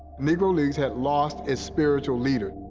negro leagues had lost its spiritual leader.